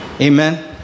Amen